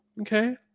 okay